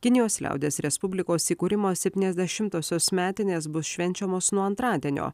kinijos liaudies respublikos įkūrimo septyniasdešimtosios metinės bus švenčiamos nuo antradienio